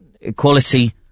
equality